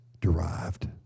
derived